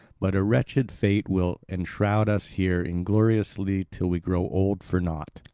but a wretched fate will enshroud us here ingloriously till we grow old for naught.